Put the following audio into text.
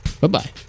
Bye-bye